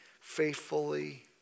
faithfully